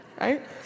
Right